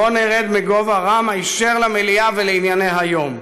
בוא נרד מגובה רם היישר למליאה ולענייני היום.